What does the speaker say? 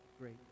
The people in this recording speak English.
great